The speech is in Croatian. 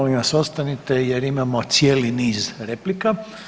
Molim vas ostanite jer imamo cijeli niz replika.